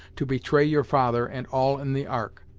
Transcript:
to betray your father, and all in the ark.